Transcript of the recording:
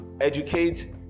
educate